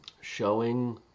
showing